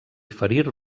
ferir